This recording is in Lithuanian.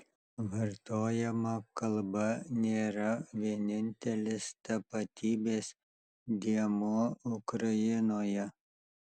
vartojama kalba nėra vienintelis tapatybės dėmuo ukrainoje